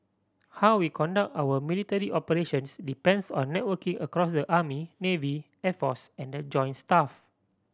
how we conduct our military operations depends on networking across the army navy air force and the joint staff